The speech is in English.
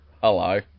Hello